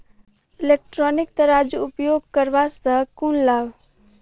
Electronic तराजू उपयोग करबा सऽ केँ लाभ?